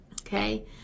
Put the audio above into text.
Okay